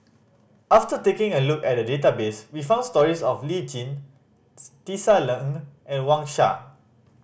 after taking a look at the database we found stories of Lee Tjin Tisa Ng and Wang Sha